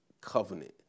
covenant